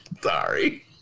sorry